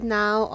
now